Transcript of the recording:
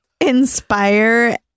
inspire